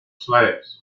slaves